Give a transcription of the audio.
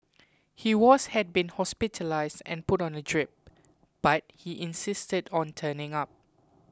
he was had been hospitalised and put on a drip but he insisted on turning up